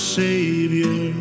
savior